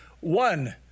one